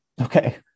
Okay